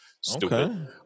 stupid